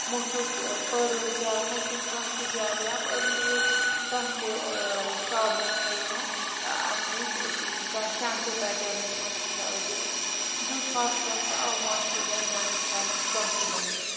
موٚتھُس پٔرٕل جَل موٚتھُس کانٛہہ تہِ جَل یا پٔرلٕے یوت چھُ کانٛہہ تہِ صابن چھےٚ یِوان اَمنِچ کانٛہہ شٮ۪مپوٗ پیٹٲرنَس منٛز تہِ چھےٚ آز یِوان دیُت پھَش وَش تہٕ آو ماچھُر دار بانہٕ چھَلنہٕ کانٛہہ تہِ بانہٕ چھَلنہٕ